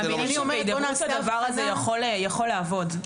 הדבר הזה יכול לעבוד.